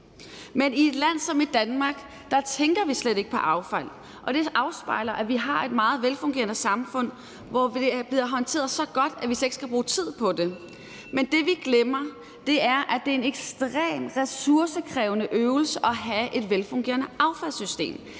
Men i et land som Danmark tænker vi slet ikke på affald, og det afspejler, at vi har et meget velfungerende samfund, hvor det er blevet håndteret så godt, at vi slet ikke skal bruge tid på det. Men det, vi glemmer, er, at det er en ekstremt ressourcekrævende øvelse at have et velfungerende affaldssystem.